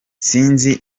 sinzi